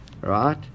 Right